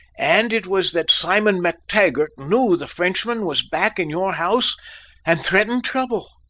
and it was that simon mactaggart knew the frenchman was back in your house and threatened trouble.